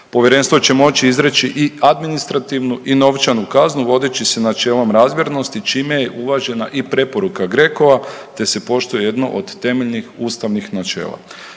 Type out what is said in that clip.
Povjerenstvo će moći izreći i administrativnu i novčanu kaznu vodeći se načelom razmjernosti čime je uvažena i preporuka GRECO-a te se poštuje jedno od temeljnih ustavnih načela.